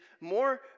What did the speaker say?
more